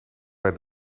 bij